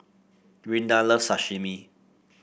Rinda loves Sashimi